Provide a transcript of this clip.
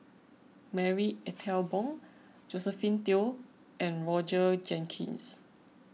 Marie Ethel Bong Josephine Teo and Roger Jenkins